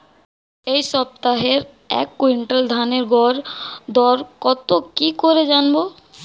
এই সপ্তাহের এক কুইন্টাল ধানের গর দর কত কি করে জানবো?